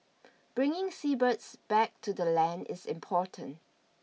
bringing seabirds back to the land is important